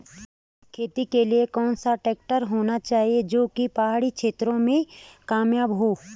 खेती के लिए कौन सा ट्रैक्टर होना चाहिए जो की पहाड़ी क्षेत्रों में कामयाब हो?